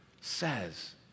says